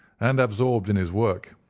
and absorbed in his work,